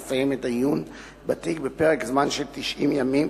לסיים את העיון בתיק בפרק זמן של 90 ימים,